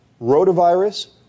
rotavirus